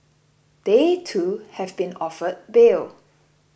they too have been offered bail